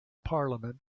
parliament